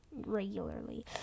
regularly